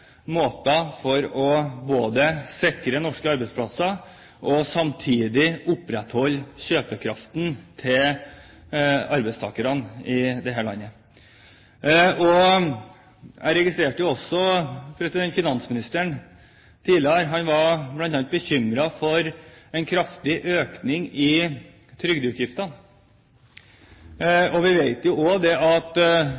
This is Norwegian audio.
måter for både å sikre norske arbeidsplasser og samtidig opprettholde kjøpekraften til arbeidstakerne i dette landet. Jeg registrerte også at finansministeren bl.a. var bekymret for en kraftig økning i